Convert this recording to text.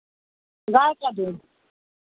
गाय का दूध